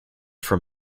from